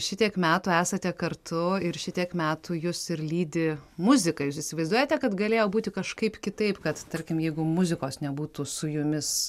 šitiek metų esate kartu ir šitiek metų jus ir lydi muzika jūs įsivaizduojate kad galėjo būti kažkaip kitaip kad tarkim jeigu muzikos nebūtų su jumis